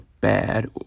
bad